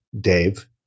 Dave